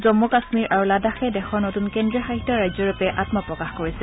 জম্মু কাশ্মীৰ আৰু লাডাখে দেশৰ নতুন কেজ্ৰীয় শাসিত ৰাজ্যৰূপে আত্মপ্ৰকাশ কৰিছে